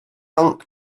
ant